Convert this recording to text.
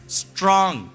strong